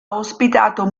ospitato